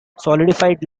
solidified